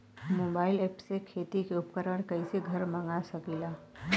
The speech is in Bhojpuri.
मोबाइल ऐपसे खेती के उपकरण कइसे घर मगा सकीला?